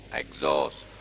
exhaust